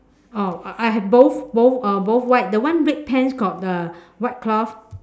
oh I have both both uh both white the one red pants got a white cloth